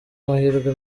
amahirwe